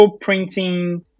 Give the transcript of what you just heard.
printing